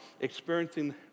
experiencing